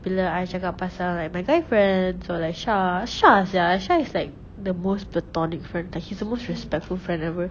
bila I cakap pasal like my guy friends or like shah shah sia shah is like the most platonic friend like he's the most respectful friend ever